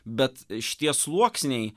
bet šitie sluoksniai